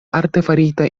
artefarita